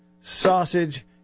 sausage